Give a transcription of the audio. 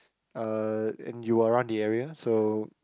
uh and you are around the area so